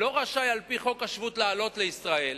לא רשאי על-פי חוק השבות לעלות לישראל,